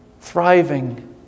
thriving